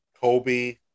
Kobe